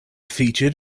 featured